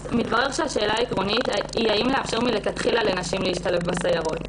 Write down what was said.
מתברר שהשאלה העקרונית היא האם לאפשר מלכתחילה לנשים להשתלב בסיירות,